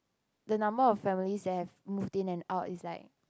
the number of families there move in and out is like